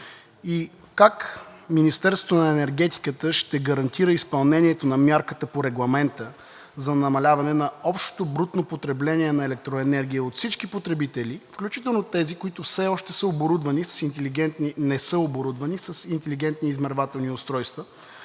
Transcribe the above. и как Министерството на енергетиката ще гарантира изпълнението на мярката по Регламента за намаляване на общото брутно потребление на електроенергия от всички потребители, включително тези, които все още не са оборудвани с интелигентни измервателни устройства,